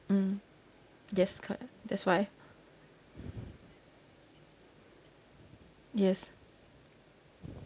mm yes correct that's why yes